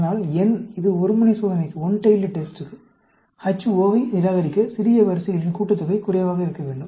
அதனால்n இது ஒரு முனை சோதனைக்கு Ho வை நிராகரிக்க சிறிய வரிசைகளின் கூட்டுத்தொகை குறைவாக இருக்க வேண்டும்